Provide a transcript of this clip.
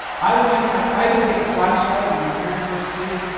i went, i'd take a flashlight when my parents were asleep,